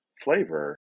flavor